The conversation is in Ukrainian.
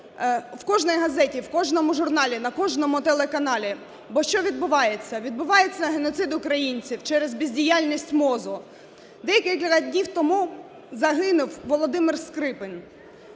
в кожній газеті, в кожному журналі, на кожному телеканалі. Бо що відбувається? Відбувається геноцид українців через бездіяльність МОЗу. Декілька днів тому загинув Володимир Скрипов,